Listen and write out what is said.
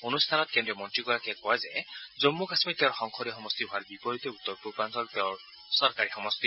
অনুষ্ঠানত কেন্দ্ৰীয় মন্ত্ৰীগৰাকীয়ে কয় যে জম্মু কাশ্মীৰ তেওঁৰ সংসদীয় সমষ্টি হোৱাৰ বিপৰীতে উত্তৰ পূৰ্বাঞ্চল তেওঁৰ চৰকাৰী সমষ্টি